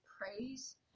praise